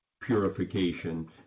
purification